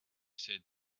said